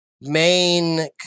main